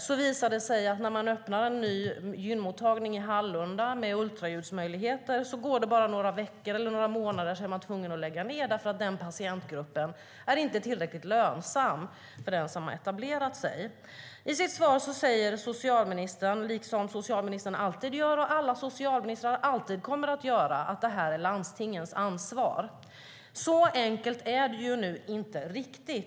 Det visade det sig att när man öppnade en ny gynmottagning i Hallunda med ultraljudsmöjligheter gick det bara några veckor eller månader innan man var tvungen att lägga ned. Den patientgruppen är inte tillräckligt lönsam för den som har etablerat sig. I sitt svar säger socialministern - liksom socialministern alltid gör och alla socialministrar alltid kommer att göra - att det är landstingens ansvar. Riktigt så enkelt är det inte.